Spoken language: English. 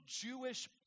Jewish